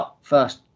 first